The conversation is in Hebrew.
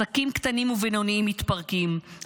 עסקים קטנים ובינוניים מתפרקים,